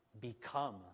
become